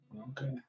Okay